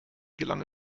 gelang